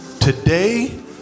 today